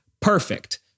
Perfect